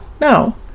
no